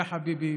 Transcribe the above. יא חביבי,